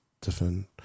different